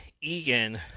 Egan